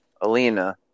Alina